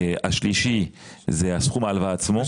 השלישי, סכום ההלוואה עצמו.